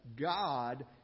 God